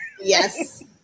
Yes